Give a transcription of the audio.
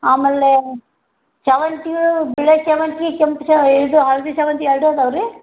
ಆಮೇಲೆ ಸಾವಂತಿ ಹೂ ಬಿಳಿ ಸಾವಂತ್ಗಿ ಕೆಂಪು ಶಾ ಇದು ಹಳದಿ ಸಾವಂತ್ಗಿ ಎರಡೂ ಅದಾವ್ರಿ